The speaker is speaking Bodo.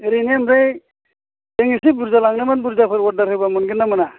ओरैनो ओमफ्राय जों इसे बुरजा लांनोमोन बुरजाफोर अर्दार होबा मोनगोन ना मोना